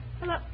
Hello